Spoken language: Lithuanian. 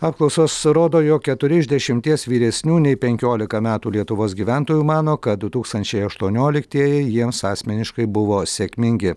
apklausos rodo jog keturi iš dešimties vyresnių nei penkiolika metų lietuvos gyventojų mano kad du tūkstančiai aštuonioliktieji jiems asmeniškai buvo sėkmingi